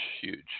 huge